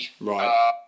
right